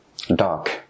dark